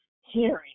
hearing